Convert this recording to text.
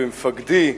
ומפקדי,